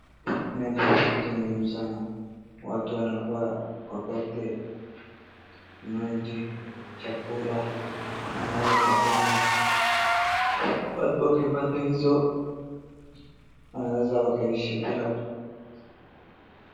Maji ni kitu muhimu sana. Watu wanafaa wapate maji, chakula na mahali pa kulala. Watu wakipata hizo wanaweza wakaishi bila chuki.